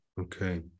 Okay